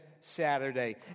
Saturday